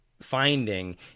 finding